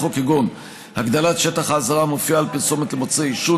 כגון הגדלת שטח האזהרה המופיעה על פרסומת למוצרי עישון,